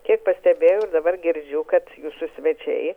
kiek pastebėjau ir dabar girdžiu kad jūsų svečiai